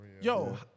Yo